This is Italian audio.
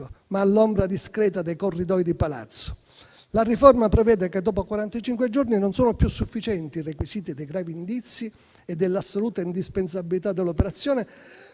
ma all'ombra discreta dei corridoi di palazzo. La riforma prevede che dopo quarantacinque giorni non sono più sufficienti i requisiti dei gravi indizi e dell'assoluta indispensabilità dell'operazione,